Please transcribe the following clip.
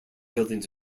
buildings